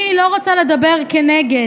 אני לא רוצה לדבר כנגד.